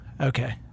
Okay